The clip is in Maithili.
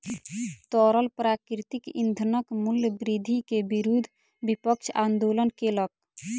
तरल प्राकृतिक ईंधनक मूल्य वृद्धि के विरुद्ध विपक्ष आंदोलन केलक